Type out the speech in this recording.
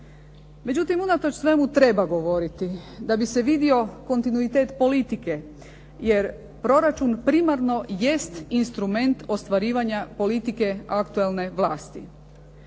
Međutim, unatoč svemu treba govoriti da bi se vidio kontinuitet politike jer proračun primarno jest instrument ostvarivanja politike aktuelne vlasti.